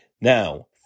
Now